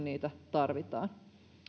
niitä tarvitaan